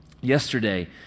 Yesterday